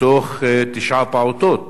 מתוך תשעה פעוטות,